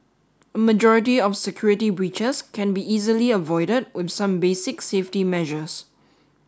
a majority of security breaches can be easily avoided with some basic safety measures